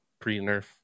pre-nerf